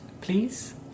please